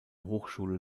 hochschule